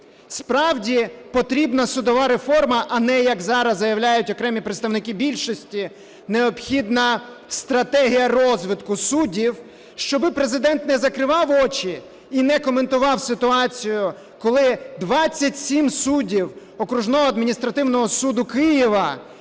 Справді, потрібна судова реформа, а не як зараз заявляють окремі представники більшості, необхідна стратегія розвитку судів. Щоб Президент не закривав очі і не коментував ситуацію, коли 27 суддів Окружного адміністративного суду Києва,